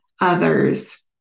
others